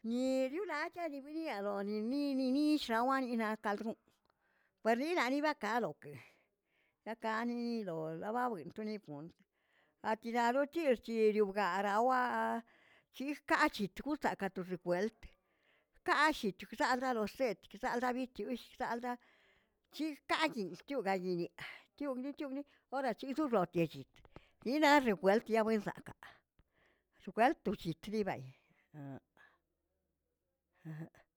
Nilulachcheꞌe dii bi yiyebo'o nini nini xshawaninaꞌ kaldro'o, per lida nibakaꞌraokeꞌe laꞌ ka nilo la ba bgantoni bgon atiraro tirchilio bgarawaꞌa chirka chitgusaka torgwelt kaꞌa ashichugsaꞌrorset gsalga bichiusaꞌ algaꞌ c̱hirkaꞌayin yugalñiñeꞌ chugni chugniꞌi orasichurortegllit yirar repueltiya puesaꞌkaꞌ shiklawt to llit diibaꞌayi.